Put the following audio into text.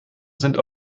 sind